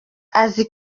azi